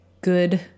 good